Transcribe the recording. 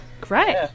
great